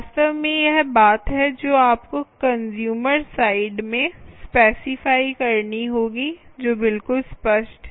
वास्तव में यह बात है जो आपको कंस्यूमर साइड में स्पेसिफाई करनी होगी जो बिल्कुल स्पष्ट है